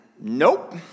Nope